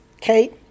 Kate